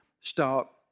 stop